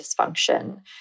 dysfunction